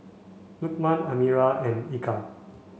Lukman Amirah and Eka